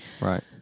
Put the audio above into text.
Right